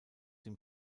dem